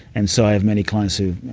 and so i have many clients who.